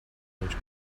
явж